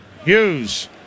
Hughes